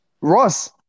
Ross